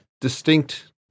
distinct